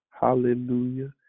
Hallelujah